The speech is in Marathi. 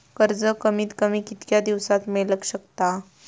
कर्ज कमीत कमी कितक्या दिवसात मेलक शकता?